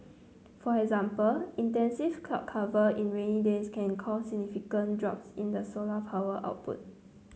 for example extensive cloud cover in rainy days can cause significant drops in the solar power output